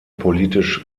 politisch